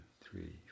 three